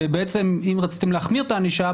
בעצם אם רציתם להחמיר את הענישה,